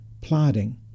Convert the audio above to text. plotting